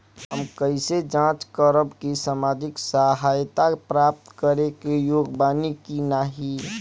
हम कइसे जांच करब कि सामाजिक सहायता प्राप्त करे के योग्य बानी की नाहीं?